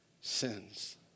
sins